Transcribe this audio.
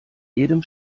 jedem